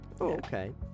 Okay